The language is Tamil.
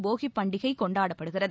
போகி பண்டிகை கொண்டாடப்பட்டது